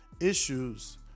issues